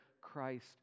Christ